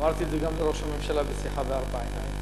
אמרתי את זה גם לראש הממשלה בשיחה בארבע עיניים,